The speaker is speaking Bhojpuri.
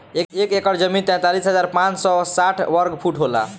एक एकड़ जमीन तैंतालीस हजार पांच सौ साठ वर्ग फुट होला